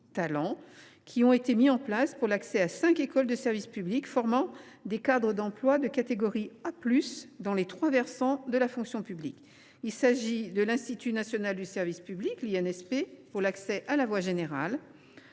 ont été mis en place pour l’accès à cinq écoles de service public formant des cadres d’emploi de catégorie A+ dans les trois versants de la fonction publique : l’Institut national du service public, pour l’accès à la voie générale,